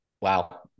Wow